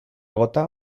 gota